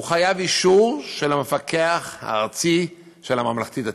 הוא חייב אישור של המפקח הארצי של הממלכתי-דתי.